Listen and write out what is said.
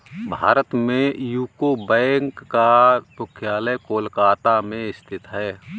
भारत में यूको बैंक का मुख्यालय कोलकाता में स्थित है